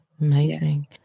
amazing